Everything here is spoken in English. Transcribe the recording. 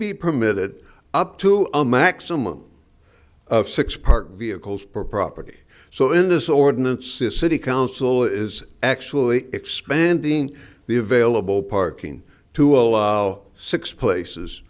be permitted up to a maximum of six parked vehicles per property so in this ordinance this city council is actually expanding the available parking to allow six places